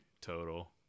total